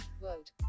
world